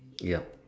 ya